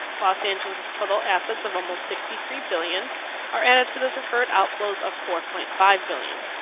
los angeles's total assets of almost sixty three billion are added to the deferred outflows of four point five billion.